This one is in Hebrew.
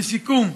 לסיכום,